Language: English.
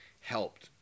helped